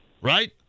right